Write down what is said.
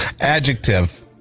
Adjective